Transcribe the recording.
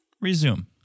resume